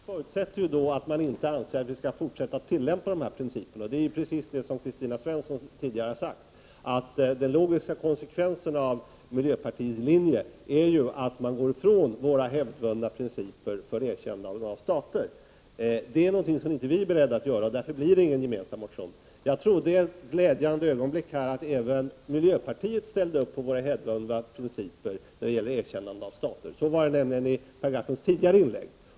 Herr talman! Detta förutsätter att man anser att vi inte skall fortsätta att tillämpa dessa principer. Och precis som Kristina Svensson tidigare har sagt är den logiska konsekvensen av miljöpartiets linje att man går ifrån våra hävdvunna principer för erkännande av stater. Detta är inte vi beredda att göra, och därför blir det ingen gemensam motion. I ett glädjande ögonblick trodde jag att även miljöpartiet ställde upp på våra hävdvunna principer när det gäller erkännande av stater. Detta intryck fick jag nämligen från Per Gahrtons tidigare inlägg.